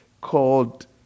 called